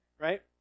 right